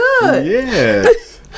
Yes